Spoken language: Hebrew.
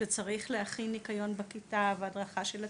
שצריך להכין ניקיון בכיתה, והדרכה של הצוותים,